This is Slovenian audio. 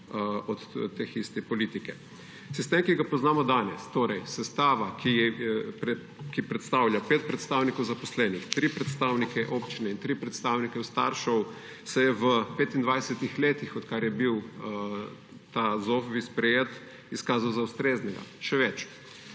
od te iste politike. Sistem, ki ga poznamo danes, torej sestava, ki predstavlja 5 predstavnikov zaposlenih, 3 predstavnike občine in 3 predstavnike staršev, se je v 25 letih, odkar je bil ta ZOFVI sprejet, izkazal za ustreznega. Še več,